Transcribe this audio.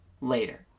later